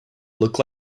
look